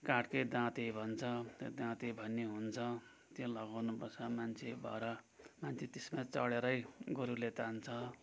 काठकै दाँदे भन्छ त्यो दाँदे भन्ने हुन्छ त्यो लगाउनु पर्छ मान्छे भएर अन्त त्यसमा चडेरै गोरुले तान्छ